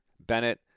Bennett